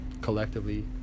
collectively